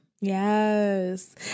Yes